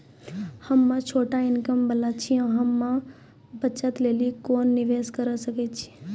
हम्मय छोटा इनकम वाला छियै, हम्मय बचत लेली कोंन निवेश करें सकय छियै?